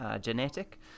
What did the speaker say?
Genetic